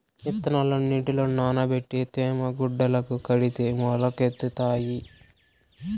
ఇత్తనాలు నీటిలో నానబెట్టి తేమ గుడ్డల కడితే మొలకెత్తుతాయి